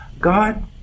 God